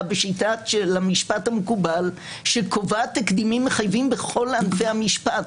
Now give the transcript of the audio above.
בשיטת המשפט המקובל שקובעת תקדימים מחייבים בכל ענפי המשפט.